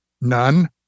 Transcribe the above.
none